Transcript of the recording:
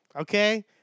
Okay